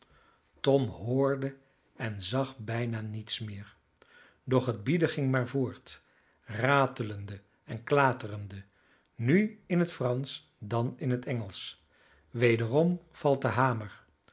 tom hoorde en zag bijna niets meer doch het bieden ging maar voort ratelende en klaterende nu in het fransch dan in het engelsch wederom valt de hamer